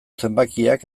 zenbakiak